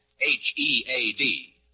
H-E-A-D